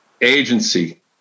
Agency